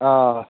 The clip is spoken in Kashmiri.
آ